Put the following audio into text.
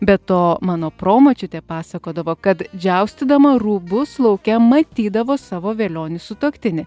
be to mano promočiutė pasakodavo kad džiaustydama rūbus lauke matydavo savo velionį sutuoktinį